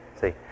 See